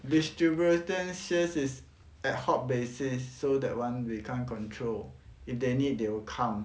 distributor sale is ad hoc basis so that [one] we can't control if they need they will come